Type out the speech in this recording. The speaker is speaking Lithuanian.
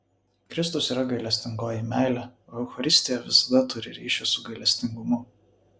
kristus yra gailestingoji meilė o eucharistija visada turi ryšį su gailestingumu